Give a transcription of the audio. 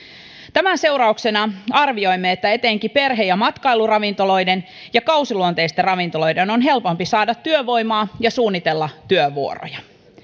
tämän seurauksena arvioimme että etenkin perhe ja matkailuravintoloiden ja kausiluonteisten ravintoloiden on helpompi saada työvoimaa ja suunnitella työvuoroja